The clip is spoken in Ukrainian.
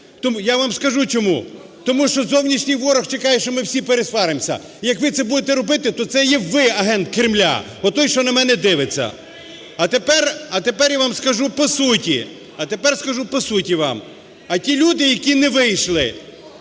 Я вам скажу чому. Тому що зовнішній ворог чекає, що ми всі пересваримося. І як ви це будете робити, то це є ви агент Кремля, отой, що на мене дивиться. А тепер я вам скажу по суті. А тепер скажу по суті вам. А ті люди, які не вийшли,